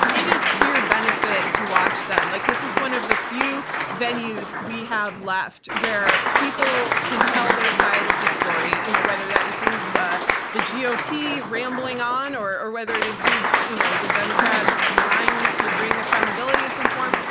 it is to your benefit to watch them. like this is one of the few venues we have left where people can tell their side of the story, you know whether that includes ah the gop ah rambling on, or whether it includes you know the democrats trying to bring accountability in some form,